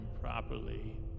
properly